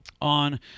on